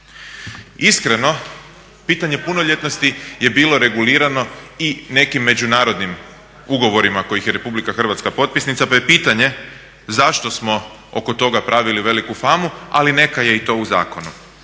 Iskreno, pitanje punoljetnosti je bilo regulirano i nekim međunarodnim ugovorima kojih je Republika Hrvatska potpisnica pa je pitanje zašto smo oko toga pravili veliku famu ali neka je i to u zakonu.